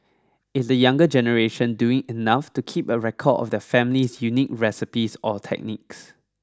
is the younger generation doing enough to keep a record of their family's unique recipes or techniques